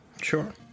Sure